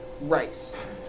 rice